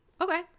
okay